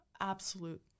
absolute